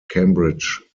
cambridge